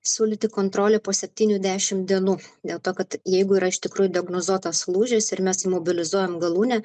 siūlyti kontrolę po septynių dešim dienų dėl to kad jeigu yra iš tikrųjų diagnozuotas lūžis ir mes įmobilizuojam galūnę